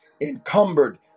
encumbered